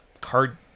card